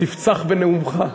תפצח בנאומך.